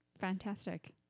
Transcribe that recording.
fantastic